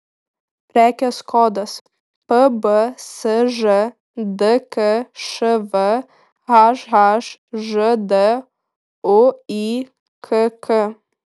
prekės kodas pbsž dkšv hhžd uykk